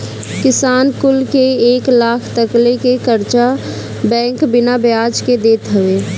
किसान कुल के एक लाख तकले के कर्चा बैंक बिना बियाज के देत हवे